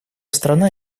страна